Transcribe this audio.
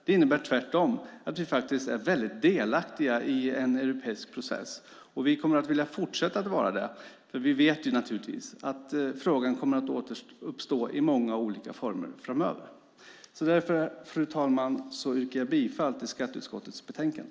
Det innebär tvärtom att vi faktiskt är väldigt delaktiga i en europeisk process. Vi kommer att vilja fortsätta vara det, för vi vet naturligtvis att frågan kommer att återuppstå i många olika former framöver. Fru talman! Jag yrkar bifall till förslaget i skatteutskottets utlåtande.